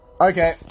Okay